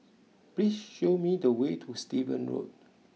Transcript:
please show me the way to Stevens Road